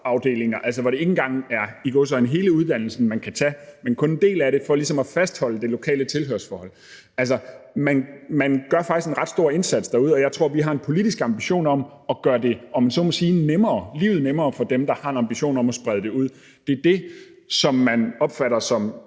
start-up-afdelinger, hvor det ikke engang – i gåseøjne – er hele uddannelsen, man kan tage, men kun en del af det, for ligesom at fastholde det lokale tilhørsforhold. Man gør faktisk en ret stor indsats derude, og jeg tror, vi har en politisk ambition om at gøre livet nemmere for dem, der har en ambition om at sprede det ud. Der opfatter man